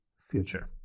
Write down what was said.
future